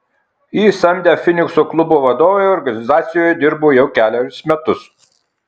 jį samdę finikso klubo vadovai organizacijoje dirbo jau kelerius metus